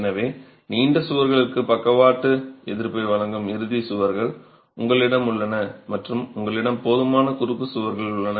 எனவே நீண்ட சுவர்களுக்கு பக்கவாட்டு எதிர்ப்பை வழங்கும் இறுதி சுவர்கள் உங்களிடம் உள்ளன மற்றும் உங்களிடம் போதுமான குறுக்கு சுவர்கள் உள்ளன